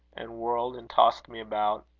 and whirled and tossed me about,